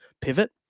pivot